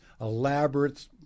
elaborate